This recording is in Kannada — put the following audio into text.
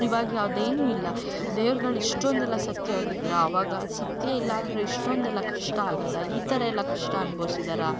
ಇವಾಗ ಅದೇನೂ ಇಲ್ಲ ದೇವ್ರುಗಳು ಇಷ್ಟೊಂದೆಲ್ಲ ಸತ್ಯವಾಗಿದ್ರಾ ಆವಾಗ ಸತ್ಯ ಇಲ್ಲಾಂದರೆ ಇಷ್ಟೊಂದೆಲ್ಲ ಕಷ್ಟ ಆಗೋದಾ ಈ ಥರ ಎಲ್ಲ ಕಷ್ಟ ಅನ್ಬೋಸಿದಾರಾ